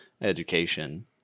education